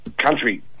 country